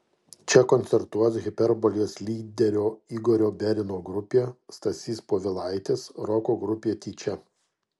čia koncertuos hiperbolės lyderio igorio berino grupė stasys povilaitis roko grupė tyčia